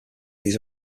these